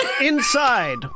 Inside